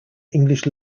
english